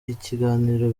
ikiganiro